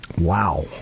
Wow